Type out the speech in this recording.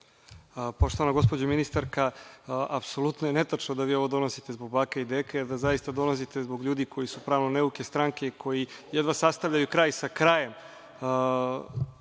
Poštovana gospođo ministarka, apsolutno je netačno da vi ovo donosite zbog baka i deka, jer da zaista donosite zbog ljudi koji su pravno neuke stranke i koji jedva sastavljaju kraj sa krajem